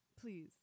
please